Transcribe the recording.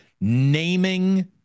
naming